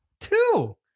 Two